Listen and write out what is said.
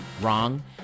wrong